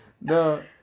No